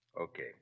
Okay